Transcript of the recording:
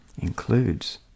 includes